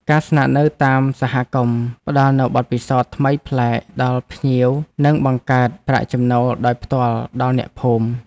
ការស្នាក់នៅតាមសហគមន៍ផ្តល់នូវបទពិសោធន៍ថ្មីប្លែកដល់ភ្ញៀវ និងបង្កើតប្រាក់ចំណូលដោយផ្ទាល់ដល់អ្នកភូមិ។